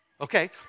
Okay